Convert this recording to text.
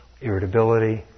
irritability